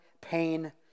pain